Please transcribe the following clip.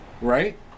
Right